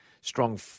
strong